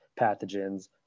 pathogens